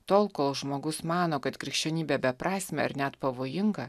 tol kol žmogus mano kad krikščionybė beprasmė ar net pavojinga